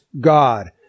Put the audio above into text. God